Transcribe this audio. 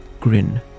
grin